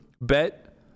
bet